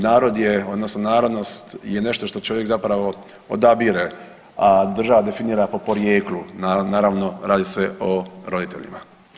Narod je odnosno narodnost je nešto što čovjek zapravo odabire, a država definira po porijeklu, naravno radi se o roditeljima.